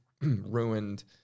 ruined